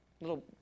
little